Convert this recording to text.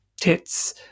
tits